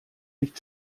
nicht